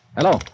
Hello